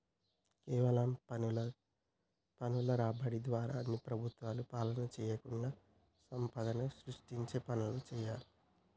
కేవలం పన్నుల రాబడి ద్వారా అన్ని ప్రభుత్వాలు పాలన చేయకుండా సంపదను సృష్టించే పనులు చేయాలి